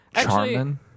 Charmin